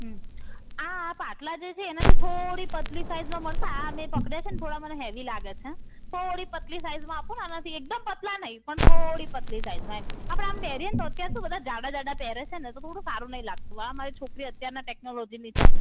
હમમ આ આ પાટલાં જે છે એનાથી થોડી પતલી સાઇઝમાં મળશે આ મેં પકડ્યા છે ને થોડા મને હેવી લાગે છે થોડી પતલી સાઇઝમાં આપો ને આનાથી એકદમ પાતળા નહીં પણ થોડી પતલી સાઇઝમાં એમ આપણે આમ પહેરીએ તો અત્યારે શું બધા જાડાં જાડાં પેહરે છે ને તો થોડું સારું નથી લાગતું આ મારી છોકરી અત્યારનાં ટેક્નોલોજીની છે